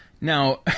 Now